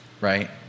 right